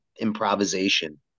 improvisation